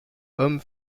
homme